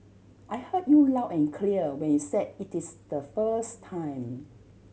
I heard you loud and clear when you said it is the first time